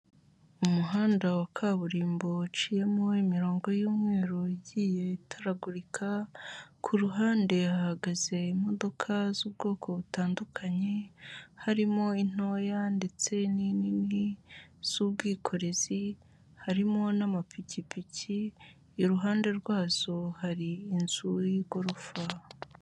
Umuhanda wa kaburimbo, uciyemo imirongo y'umweru igiye itaragurika, ku ruhande hahagaze imodoka z'ubwoko butandukanye, harimo intoya ndetse n'inini z'ubwikorezi, harimo n'amapikipiki, iruhande rwazo hari inzu y'igorofa.